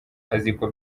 aziko